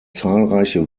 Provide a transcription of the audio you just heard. zahlreiche